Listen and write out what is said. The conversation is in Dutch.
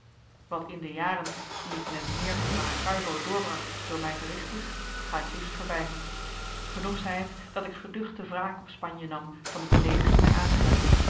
wat in de jaren die ik in het meer van maracaibo doorbracht door mij verricht is ga ik liefst voorbij genoeg zij het dat ik geduchte wraak op spanje nam van de beleediging mij aangedaan